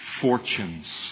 fortunes